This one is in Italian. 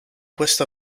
questo